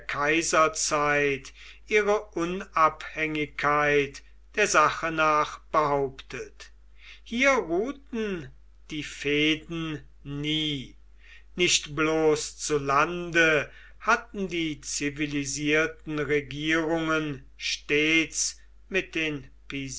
kaiserzeit ihre unabhängigkeit der sache nach behauptet hier ruhten die fehden nie nicht bloß zu lande hatten die zivilisierten regierungen stets mit den